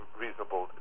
reasonable